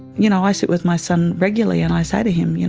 you know, i sit with my son regularly and i say to him, you